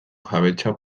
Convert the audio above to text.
jabetza